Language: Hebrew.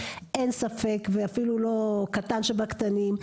אין ספק ואפילו לא קטן שבקטנים,